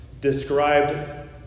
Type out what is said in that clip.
described